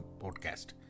podcast